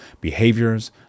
behaviors